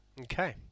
Okay